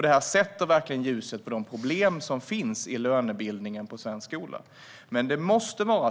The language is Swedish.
Det här sätter verkligen ljuset på de problem som finns i lönebildningen i svensk skola.